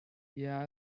yeah